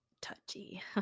touchy